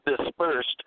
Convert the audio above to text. dispersed